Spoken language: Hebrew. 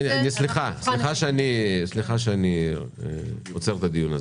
סליחה שאני עוצר את הדיון הזה.